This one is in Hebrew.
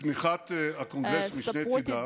בתמיכת הקונגרס משני צידיו,